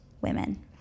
women